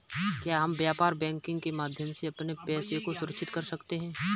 क्या हम व्यापार बैंकिंग के माध्यम से अपने पैसे को सुरक्षित कर सकते हैं?